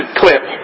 clip